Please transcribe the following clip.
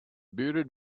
bearded